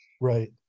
right